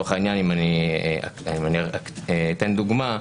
שלצורך העניין אם אתן דוגמה,